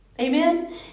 Amen